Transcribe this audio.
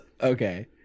Okay